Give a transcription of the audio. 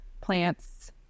plants